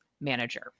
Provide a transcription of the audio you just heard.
manager